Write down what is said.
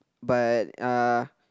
but uh